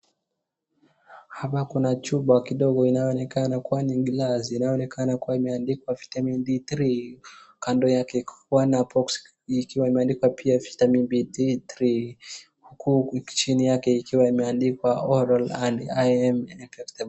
Hapa kuna chupa kidogo inaonekana kuwa ni glasi. Inaonekana kuwa imeandikwa Vitamin D three . Kando yake kuna box ikiwa imeandikwa pia Vitamin D three . Huku chini yake ikiwa imeandikwa Oral and IM injectable .